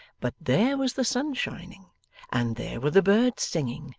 but there was the sun shining and there were the birds singing,